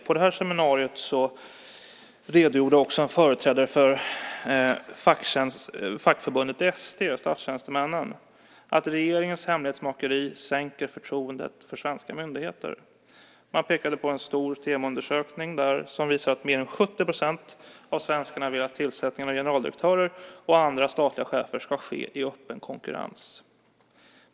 På seminariet redogjorde också en företrädare för fackförbundet ST, statstjänstemännen, att regeringens hemlighetsmakeri sänker förtroendet för svenska myndigheter. Man pekade på en stor Temoundersökning som visar att mer än 70 % av svenskarna vill att tillsättningen av generaldirektörer och andra statliga chefer ska ske i öppen konkurrens.